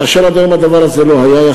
כאשר הדבר הזה לא היה,